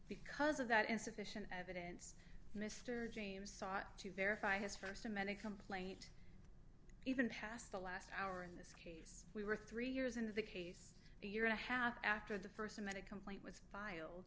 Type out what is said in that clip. because of that insufficient evidence mr james sought to verify his st of many complaint even past the last hour in this case we were three years into the case a year and a half after the st and that a complaint was filed